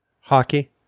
Hockey